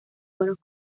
buenos